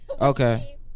Okay